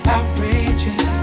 Outrageous